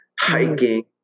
hiking